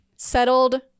Settled